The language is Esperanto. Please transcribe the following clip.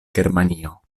germanio